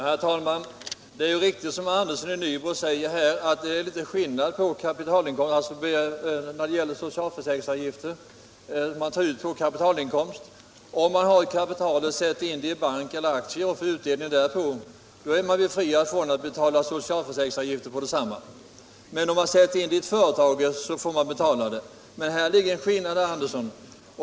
Herr talman! Det är riktigt som herr Andersson i Nybro säger, att det är en viss skillnad på kapitalinkomster när det gäller socialförsäkringsavgifter. Om man sätter in ett kapital i en bank eller köper aktier och får utdelning är man befriad från att betala socialförsäkringsavgifter för beloppet, men om man sätter in kapitalet i ett företag får man betala sådana avgifter. Där finns emellertid en verklig skillnad, herr Andersson.